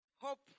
Hope